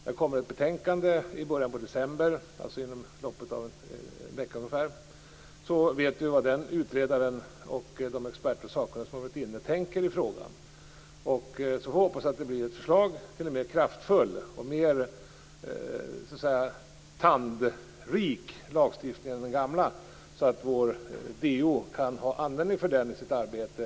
Det kommer ett betänkande i början av december, alltså inom loppet av ungefär en vecka. Då får vi veta vad utredaren och de sakkunniga som varit inblandade tänker i frågan. Vi får hoppas att det blir ett kraftfullt förslag och en mer "tandrik" lagstiftning än den gamla, så att vår DO kan ha nytta av den i sitt arbete.